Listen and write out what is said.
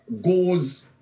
goes